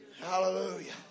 Hallelujah